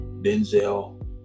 Denzel